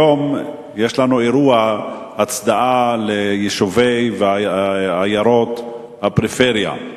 היום יש לנו אירוע הצדעה ליישובי ועיירות הפריפריה.